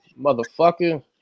Motherfucker